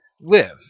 live